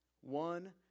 one